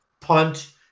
Punt